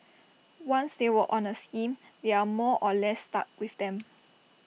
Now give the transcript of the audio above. once they were on A scheme they are more or less stuck with them